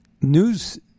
news